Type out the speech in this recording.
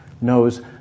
knows